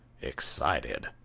excited